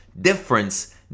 difference